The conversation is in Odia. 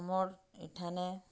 ମୋର୍ ଇଠାନେ